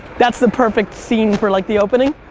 that's the perfect scene for like the opening.